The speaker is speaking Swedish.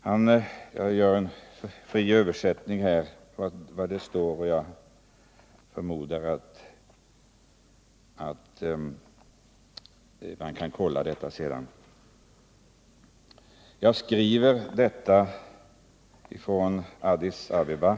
Jag gör en fri översättning här av vad som står, och den som vill kan ju kontrollera artikeln: Jag skriver detta från Addis Abeba.